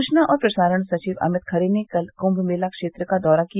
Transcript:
सूचना और प्रसारण सचिव अमित खरे ने कल कुम्भ मेला क्षेत्र का दौरा किया